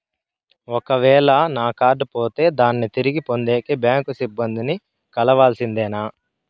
ఒక వేల నా కార్డు పోతే దాన్ని తిరిగి పొందేకి, బ్యాంకు సిబ్బంది ని కలవాల్సిందేనా?